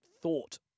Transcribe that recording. thought